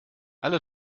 alle